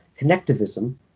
connectivism